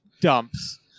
dumps